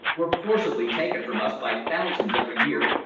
were forcibly taken from us by thousands every year,